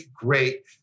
great